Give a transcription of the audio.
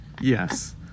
Yes